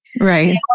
Right